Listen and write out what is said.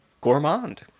gourmand